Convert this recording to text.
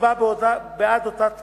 לקצבה בעד אותה תקופה,